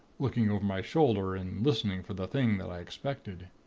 looking over my shoulder, and listening for the thing that i expected.